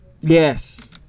Yes